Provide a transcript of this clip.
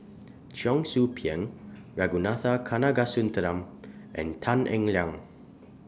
Cheong Soo Pieng Ragunathar Kanagasuntheram and Tan Eng Liang